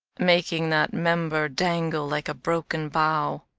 making that member dangle like a broken bough.